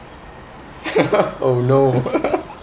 oh no